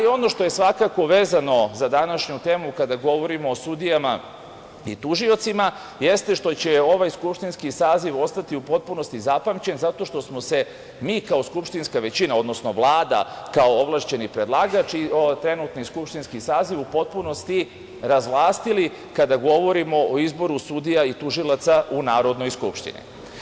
Ono što je svakako vezano za današnju temu kada govorimo o sudijama i tužiocima, jeste što će ovaj skupštinski saziv ostati u potpunosti zapamćen zato što smo se mi kao skupštinska većina, odnosno Vlada kao ovlašćeni predlagač i trenutni skupštinski saziv, u potpunosti razvlastili kada govorimo o izboru sudija i tužilaca u Narodnoj skupštini.